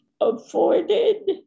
afforded